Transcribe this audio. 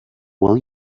will